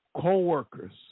co-workers